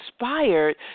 inspired